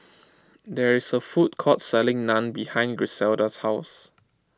there is a food court selling Naan behind Griselda's house